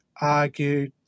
argued